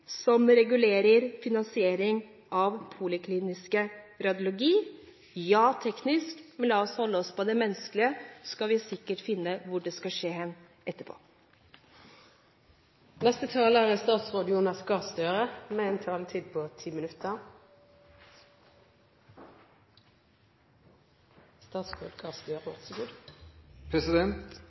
som regulerer finansiering av poliklinisk radiologi? Ja, det er teknisk, men la oss holde oss til det menneskelige, så skal vi sikkert finne ut hvor det skal skje etterpå. Mobile røntgentjenester inngår i regelverket for finansiering av poliklinisk radiologi. Det eksisterer ikke i dag en